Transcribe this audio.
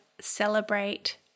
celebrate